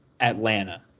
Atlanta